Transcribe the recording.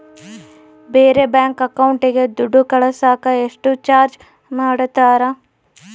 ಬೇರೆ ಬ್ಯಾಂಕ್ ಅಕೌಂಟಿಗೆ ದುಡ್ಡು ಕಳಸಾಕ ಎಷ್ಟು ಚಾರ್ಜ್ ಮಾಡತಾರ?